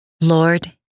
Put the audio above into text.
Lord